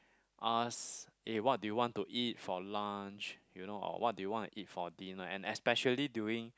ask eh what do you want to eat for lunch you know or what do you want to eat for dinner and especially during